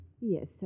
Yes